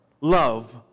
love